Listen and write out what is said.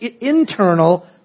internal